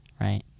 right